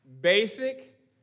basic